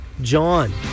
John